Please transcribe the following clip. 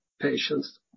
patients